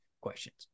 questions